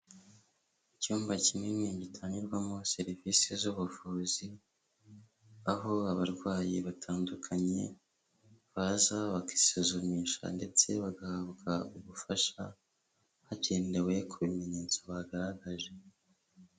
Icyumba kinini gitangirwamo serivisi z'ubuvuzi, aho abarwayi batandukanye baza bakisuzumisha ndetse bagahabwa ubufasha, hagendewe ku bimenyetso bagaragaje.